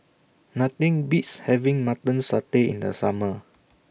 Nothing Beats having Mutton Satay in The Summer